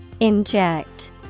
Inject